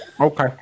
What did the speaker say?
Okay